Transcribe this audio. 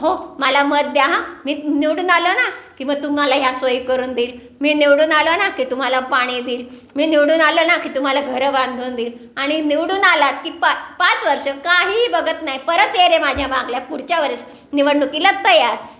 हो मला मत द्या हा मी निवडून आलो ना की मग तुम्हाला ह्या सोयी करून देईल मी निवडून आलो ना की तुम्हाला पाणी देईल मी निवडून आलो ना की तुम्हाला घरं बांधून देईल आणि निवडून आलात की पा पाच वर्षं काहीही बघत नाही परत ये रे माझ्या मागल्या पुढच्या वर्षी निवडणुकीला तयार